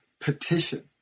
petition